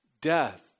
death